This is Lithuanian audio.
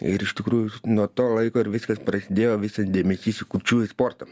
ir iš tikrųjų nuo to laiko ir viskas prasidėjo visas dėmesys į kurčiųjų sportą